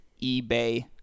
eBay